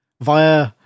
via